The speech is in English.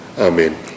Amen